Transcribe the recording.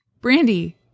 Brandy